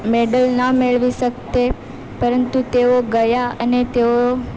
medal ના મેળવી શકતે પરંતુ તેઓ ગયા અને તેઓ